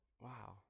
Wow